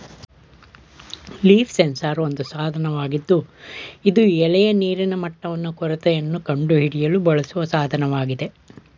leaf sensor ಒಂದು ಸಾಧನವಾಗಿದ್ದು ಇದು ಎಲೆಯ ನೀರಿನ ಮಟ್ಟವನ್ನು ಕೊರತೆಯನ್ನು ಕಂಡುಹಿಡಿಯಲು ಬಳಸುವ ಸಾಧನವಾಗಿದೆ